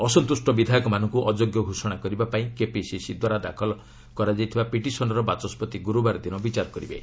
ଅସନ୍ତୁଷ୍ଟ ବିଧାୟକମାନଙ୍କୁ ଅଯୋଗ୍ୟ ଘୋଷଣା କରିବା ପାଇଁ କେପିସିସି ଦ୍ୱାରା ଦାଖଲ କରିଥିବା ପିଟିସନ୍ର ବାଚସ୍କତି ଗୁରୁବାର ଦିନ ବିଚାର କରିବେ